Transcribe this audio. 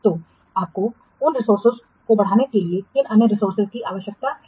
तो आपको उन रिसोर्सेजों को बढ़ाने के लिए किन अन्य रिसोर्सेजों की आवश्यकता है